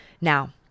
Now